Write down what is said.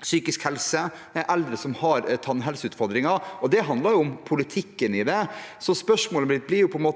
psykisk helse og eldre som har tannhelseutfordringer. Det handler om politikken i det. Spørsmålet mitt blir: Hva